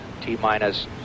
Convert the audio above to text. T-minus